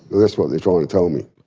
that's what they're trying to tell me.